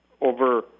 over